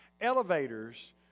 elevators